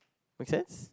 makes sense